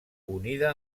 unida